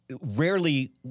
rarely